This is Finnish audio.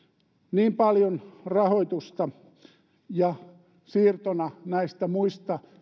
niin paljon rahoitusta siirtona näistä muista